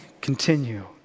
continue